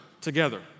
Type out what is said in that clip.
together